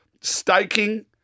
staking